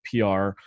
PR